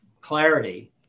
clarity